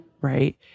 Right